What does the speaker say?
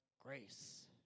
grace